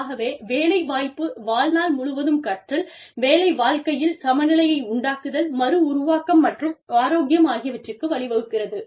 ஆகவே வேலை வாய்ப்பு வாழ்நாள் முழுவதும் கற்றல் வேலை வாழ்க்கையில் சமநிலையை உண்டாக்குதல் மறு உருவாக்கம் மற்றும் ஆரோக்கியம் ஆகியவற்றிற்கு வழிவகுக்கிறது